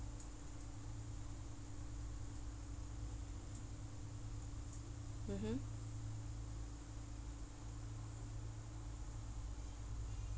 mmhmm